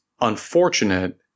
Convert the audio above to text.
unfortunate